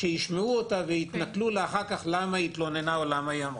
שישמעו אותה ויתנכלו לה אחר כך למה היא התלוננה או למה היא אמרה.